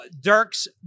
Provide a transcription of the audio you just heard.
dirk's